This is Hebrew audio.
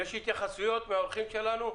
יש התייחסויות מהאורחים שלנו?